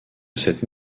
cette